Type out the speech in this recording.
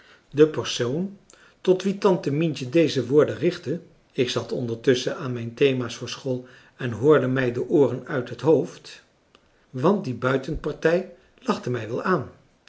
de persoon tot wie tante mientje deze woorden richtte ik zat ondertusschen aan mijn thema's voor school en hoorde mij de ooren uit het hoofd want die buitenpartij lachte mij wel aan